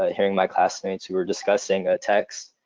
ah hearing my classmates who were discussing a text.